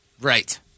Right